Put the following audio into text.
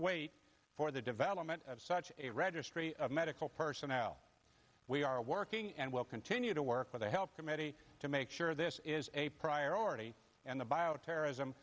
wait for the development of such a registry of medical personnel we are working and will continue to work with the health committee to make sure this is a priority and the bioterrorism